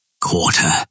Quarter